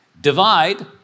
divide